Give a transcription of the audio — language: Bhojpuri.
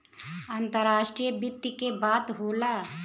अंतराष्ट्रीय वित्त के बात होला